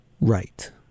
Right